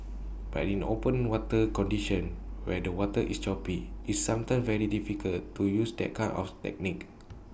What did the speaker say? but in open water conditions where the water is choppy it's sometimes very difficult to use that kind of technique